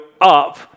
up